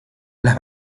las